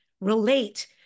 relate